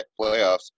playoffs